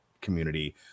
community